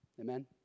Amen